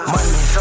Money